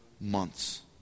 months